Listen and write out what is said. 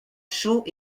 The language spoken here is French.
chauds